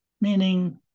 meaning